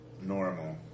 Normal